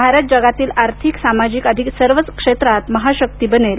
भारत जगातील आर्थिक सामाजिक आदी सर्वच क्षेत्रात महाशक्ती बनेल